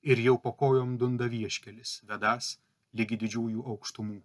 ir jau po kojom dunda vieškelis vedąs ligi didžiųjų aukštumų